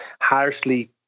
harshly